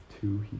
two